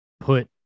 put